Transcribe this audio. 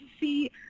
see